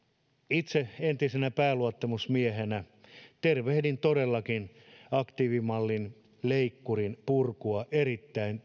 itse entisenä pääluottamusmiehenä tervehdin todellakin aktiivimallin leikkurin purkua erittäin